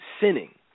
sinning